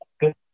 Good